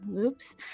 Oops